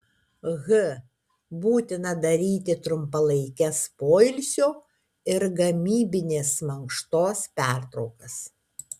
h būtina daryti trumpalaikes poilsio ir gamybinės mankštos pertraukas